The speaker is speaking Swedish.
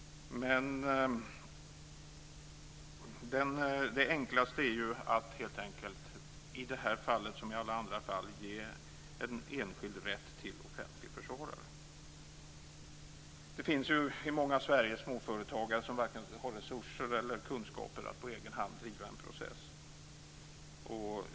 Det enklaste är helt enkelt i det här fallet liksom i alla andra fall att ge en enskild rätt till offentlig försvarare. Det finns många småföretagare i Sverige som varken har resurser eller kunskaper att på egen hand driva en process.